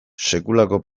sekulako